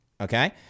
Okay